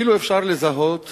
אפילו אפשר לזהות